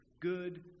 good